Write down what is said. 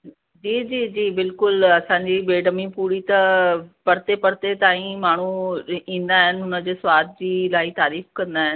जी जी जी बिल्कुलु असांजी बेडमी पूरी त परिते परिते ताईं माण्हू ईंदा आहिनि हुनजे सवाद जी इलाही तारीफ़ कंदा आहिनि